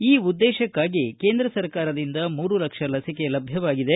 ಈ ಉದ್ದೇಶಕ್ಕಾಗಿ ಕೇಂದ್ರ ಸರ್ಕಾರದಿಂದು ಲಕ್ಷ ಲಸಿಕೆ ಲಭ್ಯವಾಗಿದೆ